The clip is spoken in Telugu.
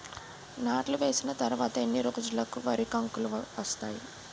నాట్లు వేసిన తర్వాత ఎన్ని రోజులకు వరి కంకులు వస్తాయి?